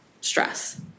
stress